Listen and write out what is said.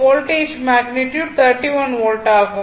வோல்டேஜின் magnitude 31 volt ஆகும்